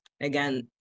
Again